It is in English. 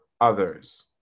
others